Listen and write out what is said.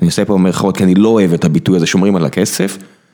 אני אעשה פה מרכאות כי אני לא אוהב את הביטוי הזה ״שומרים על הכסף״.